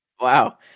Wow